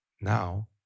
now